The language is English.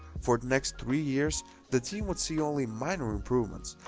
for the next three years the team would see only minor improvements,